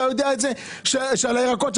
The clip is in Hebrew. אתה יודע שיש מסים על הירקות,